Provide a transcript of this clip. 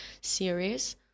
series